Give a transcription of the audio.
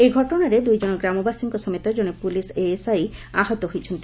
ଏହି ଘଟଣାରେ ଦୁଇଜଣ ଗ୍ରାମବାସୀଙ୍କ ସମେତ ଜଣେ ପୁଲିସ୍ ଏଏସ୍ଆଇ ଆହତ ହୋଇଛନ୍ତି